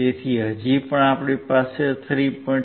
તેથી હજી પણ આપણી પાસે 3